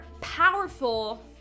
powerful